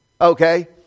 Okay